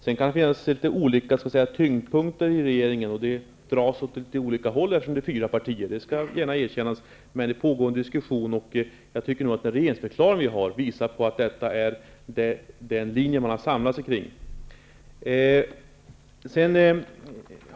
Sedan kan det finnas litet olika tyngdpunkter i regeringen; det kan dras åt litet olika håll, eftersom regeringen består av fyra partier -- det skall gärna erkännas -- men det pågår en diskussion, och jag tycker nog att den regeringsförklaring vi har visar att detta är den uppfattning som man har samlats kring.